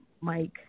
Mike